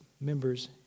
members